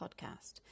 podcast